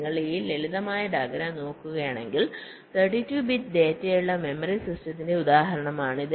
നിങ്ങൾ ഈ ലളിതമായ ഡയഗ്രം നോക്കുകയാണെങ്കിൽ 32 ബിറ്റ് ഡാറ്റയുള്ള മെമ്മറി സിസ്റ്റത്തിന്റെ ഉദാഹരണമാണിത്